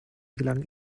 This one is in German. gelang